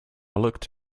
looked